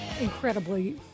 incredibly